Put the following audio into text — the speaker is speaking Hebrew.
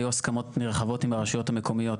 היו הסכמות נרחבות עם הרשויות המקומיות,